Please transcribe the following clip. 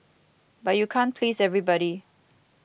but you can't please everybody